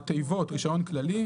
התיבות רישיון כללי,